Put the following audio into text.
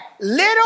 little